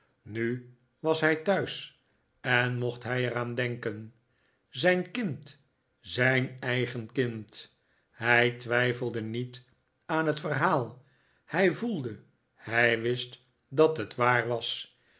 nu was hij thuis en mocht hij er aan denken zijn kind zijn eigen kind hij twijfelde niet aan het verhaal hij voelde hij wist dat het waar was